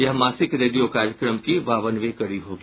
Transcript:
यह मासिक रेडियो कार्यक्रम की बावनवीं कड़ी होगी